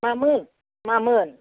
मामोन मामोन